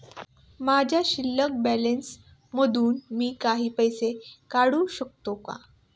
माझ्या शिल्लक बॅलन्स मधून मी काही पैसे काढू शकतो का?